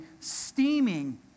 steaming